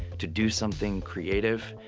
to do something creative,